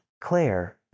Claire